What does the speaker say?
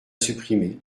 supprimer